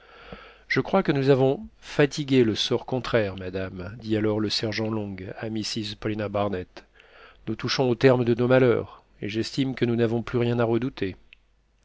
je crois que nous avons fatigué le sort contraire madame dit alors le sergent long à mrs paulina barnett nous touchons au terme de nos malheurs et j'estime que nous n'avons plus rien à redouter